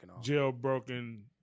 Jailbroken